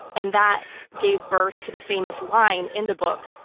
and that gave birth to the famous line in the book,